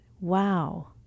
wow